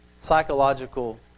psychological